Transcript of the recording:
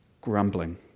Grumbling